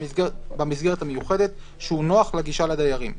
במסגרת המיוחדת שהוא נוח לגישה לדיירים,